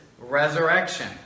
Resurrection